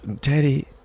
Teddy